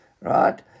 right